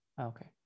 okay